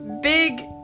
big